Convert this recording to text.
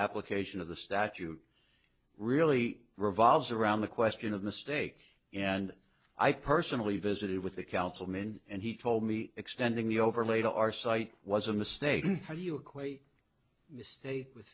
application of the statute really revolves around the question of mistake and i personally visited with the councilman and he told me extending the overlay to our site was a mistake how do you equate the state with